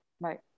Right